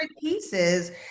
pieces